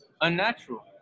unnatural